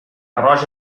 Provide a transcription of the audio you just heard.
roja